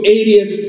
areas